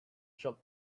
shop